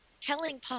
telling